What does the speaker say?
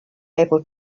able